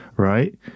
right